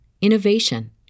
innovation